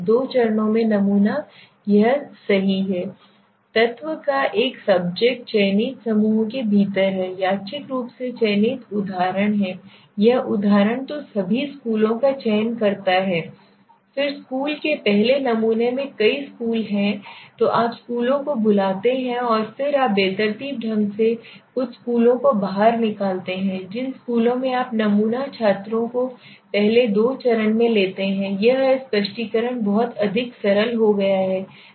दो चरणों में नमूना यह क्या है तत्व का एक सबसेट चयनित समूहों के भीतर है यादृच्छिक रूप से चयनित उदाहरण हैं यह उदाहरण तो सभी स्कूलों का चयन करता है फिर स्कूल के पहले नमूने में कई स्कूल हैं तो आप स्कूलों को बुलाते हैं और फिर आप बेतरतीब ढंग से कुछ स्कूलों को बाहर निकालते हैं जिन स्कूलों में आप नमूना छात्रों को पहले दो चरण में लेते हैं यह है कि स्पष्टीकरण बहुत अधिक सरल हो गया है